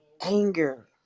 anger